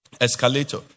escalator